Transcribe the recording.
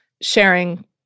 sharing